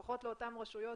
לפחות לאותן רשויות